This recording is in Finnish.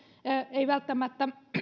ei välttämättä